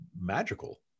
magical